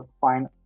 fine